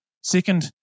Second